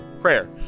prayer